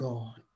God